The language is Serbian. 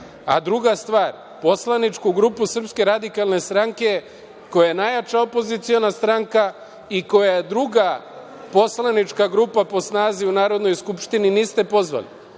izbora. Druga stvar, poslaničku grupu Srpske radikalne stranke, koja je najjača opoziciona stranka i koja je druga poslanička grupa po snazi u Narodnoj skupštini niste pozvali.